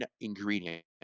ingredient